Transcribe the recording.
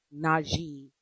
Najee